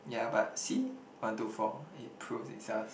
ya but see one two four it proved itself